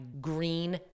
Green